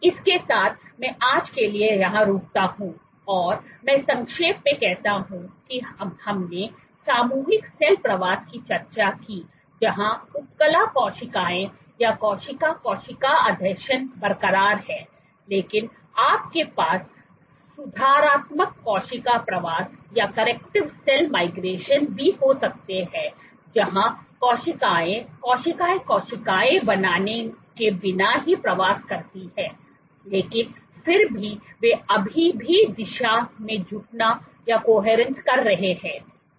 इसके साथ मैं आज के लिए यहाँ रुकता हूँ और मैं संक्षेप में कहता हूँ कि हमने सामूहिक सेल प्रवास की चर्चा की जहाँ उपकला कोशिकाएँ या कोशिका कोशिका आसंजन बरकरार हैं लेकिन आपके पास सुधारात्मक कोशिका प्रवास भी हो सकते हैं जहाँ कोशिकाएँ कोशिका कोशिकाएँ बनाने के बिना ही प्रवास करती हैं लेकिन फिर भी वे अभी भी दिशा में जुटना कर रहे हैं